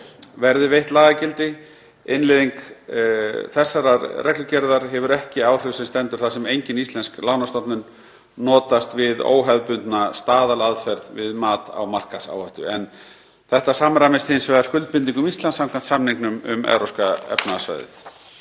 verði veitt lagagildi. Innleiðing hennar hefur ekki áhrif sem stendur þar sem engin íslensk lánastofnun notast við óhefðbundna staðalaðferð við mat á markaðsáhættu, en þetta samræmist hins vegar skuldbindingum Íslands samkvæmt samningnum um Evrópska efnahagssvæðið.